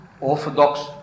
Orthodox